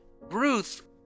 Ruth